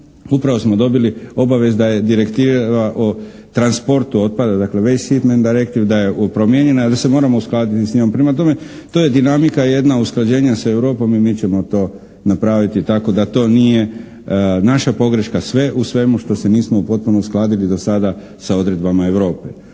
Upravo smo dobili obavijest da je Direktiva o transportu otpada, dakle …/Govornik se ne razumije./… da je promijenjena i da se moramo uskladiti s njom. Prema tome, to je dinamika jedna usklađenja sa Europom i mi ćemo to napraviti tako da to nije naša pogreška, sve u svemu što se nismo potpuno uskladili do sada sa odredbama Europe.